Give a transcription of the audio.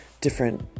different